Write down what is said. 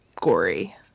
gory